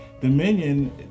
Dominion